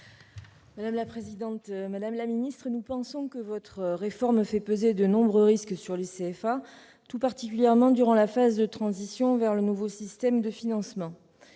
Mme Monique Lubin. Madame la ministre, nous pensons que votre réforme fait peser de nombreux risques sur les CFA, tout particulièrement durant la phase de transition vers le nouveau système de financement.